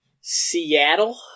Seattle